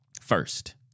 first